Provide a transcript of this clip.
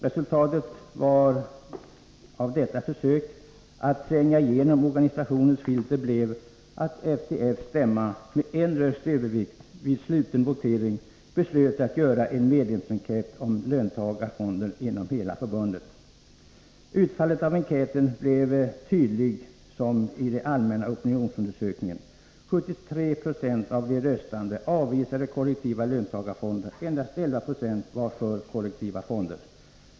Resultatet av detta försök att ”tränga igenom organisationens filter” blev att FTF:s stämma, med en rösts övervikt vid sluten votering, beslöt att göra en medlemsenkät om löntagarfonder inom hela förbundet. Utfallet av enkäten blev lika tydligt som i de allmänna opinionsundersökningarna: 73 20 av de röstande avvisade kollektiva löntagarfonder. Endast 11 90 var för kollektiva fonder.